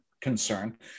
concern